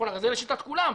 הרי זה לשיטת כולם.